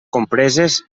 compreses